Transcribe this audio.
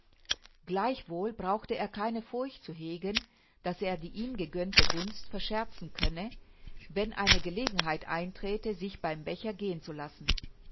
gleichwohl brauchte er keine furcht zu hegen daß er die ihm gegönnte gunst verscherzen könne wenn eine gelegenheit einträte sich beim becher gehen zu lassen